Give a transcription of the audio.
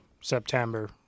september